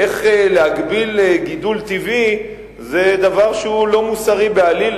איך להגביל גידול טבעי זה דבר שהוא לא מוסרי בעליל,